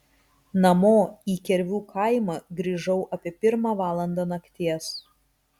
namo į kervių kaimą grįžau apie pirmą valandą nakties